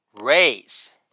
raise